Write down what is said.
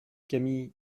cami